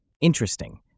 Interesting